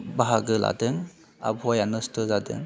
बाहागो लादों आबहावाया नस्थ' जादों